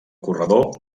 corredor